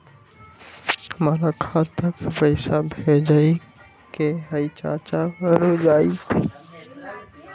हमरा खाता के पईसा भेजेए के हई चाचा पर ऊ जाएत?